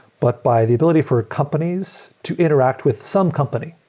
but by the ability for companies to interact with some company.